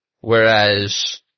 Whereas